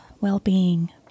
well-being